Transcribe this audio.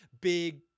big